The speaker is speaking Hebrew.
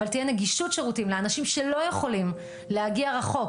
אבל תהיה נגישות שירותים לאנשים שלא יכולים להגיע רחוק,